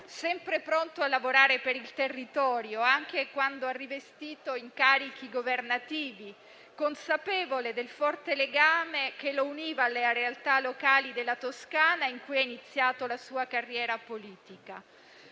sempre pronto a lavorare per il territorio, anche quando ha rivestito incarichi governativi, consapevole del forte legame che lo univa alle realtà locali della Toscana, in cui ha iniziato la sua carriera politica.